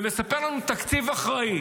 ומספר לנו: תקציב אחראי.